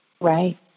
right